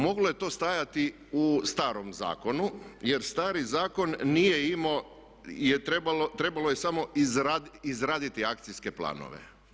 Moglo je to stajati u starom zakonu jer stari zakon nije imao, trebalo je samo izraditi akcijske planove.